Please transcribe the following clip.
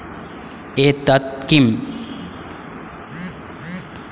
एतत् किम्